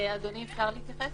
אדוני, אפשר להתייחס?